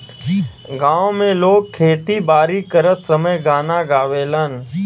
गांव में लोग खेती बारी करत समय गाना गावेलन